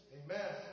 amen